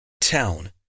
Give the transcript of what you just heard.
town